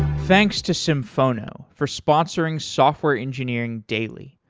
thanks to symphono for sponsoring software engineering daily.